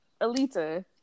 Alita